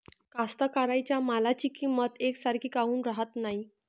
कास्तकाराइच्या मालाची किंमत यकसारखी काऊन राहत नाई?